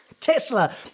Tesla